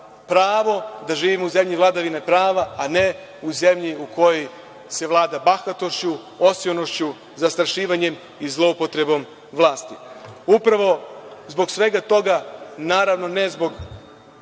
pravo, da živimo u zemlji vladavine prava, a ne u zemlji u kojoj se vlada bahatošću, osionošću, zastrašivanjem i zloupotrebom vlasti. Upravo zbog svega toga, naravno, ne zbog